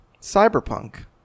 cyberpunk